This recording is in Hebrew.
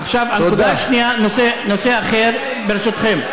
עכשיו, הנקודה השנייה, נושא אחר, ברשותכם,